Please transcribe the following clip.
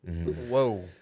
Whoa